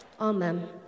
Amen